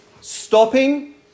stopping